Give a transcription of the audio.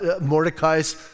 Mordecai's